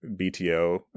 BTO